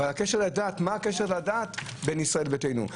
אבל מה הקשר לדת בין ישראל ביתנו?